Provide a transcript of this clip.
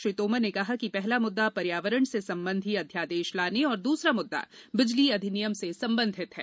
श्री तोमर ने कहा कि पहला मुद्दा पर्यावरण से संबंधी अध्यादेश लाने और दूसरा मुद्दा बिजली अधिनियम से संबंधित था